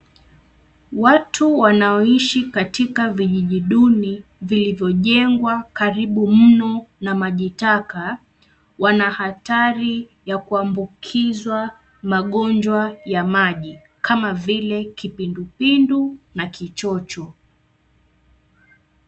Watu wanaoishi katika vijiji duni vilivyojengwa karibu mno na majitaka, wana hatari ya kuambukizwa magonjwa ya maji, kama vile kipindupindu na kichocho.